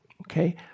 Okay